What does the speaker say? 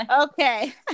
Okay